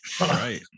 right